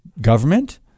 government